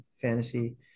fantasy